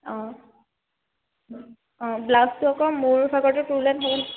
অঁ অঁ ব্লাউজটো আকৌ মোৰ ভাগৰটো তোলৈ নহ'ব নহয়